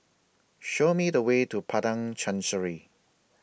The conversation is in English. Show Me The Way to Padang Chancery